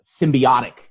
symbiotic